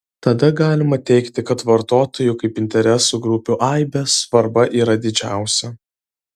tada galima teigti kad vartotojų kaip interesų grupių aibės svarba yra didžiausia